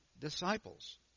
disciples